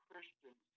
Christian